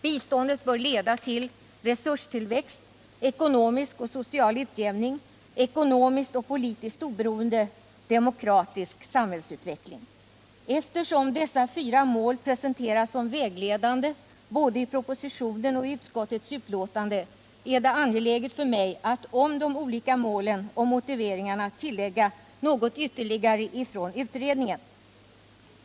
Biståndet bör leda till resurstillväxt, ekonomisk och social utjämning, ekonomiskt och politiskt oberoende samt demokratisk samhällsutveckling. Eftersom dessa fyra mål presenteras som vägledande både i propositionen och i utskottets utlåtande är det angeläget för mig att om de olika målen och motiveringarna tillägga något ytterligare från utredningen.